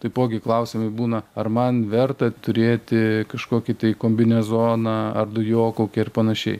taipogi klausimai būna ar man verta turėti kažkokį tai kombinezoną ar dujokaukę ir panašiai